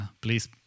Please